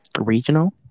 Regional